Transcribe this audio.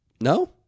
No